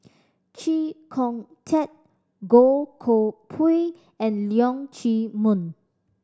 Chee Kong Tet Goh Koh Pui and Leong Chee Mun